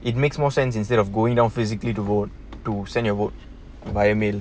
it makes more sense instead of going down physically to vote to send your vote via mail